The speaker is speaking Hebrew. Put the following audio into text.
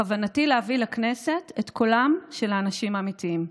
בכוונתי להביא לכנסת את קולם של האנשים האמיתיים,